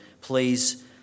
Please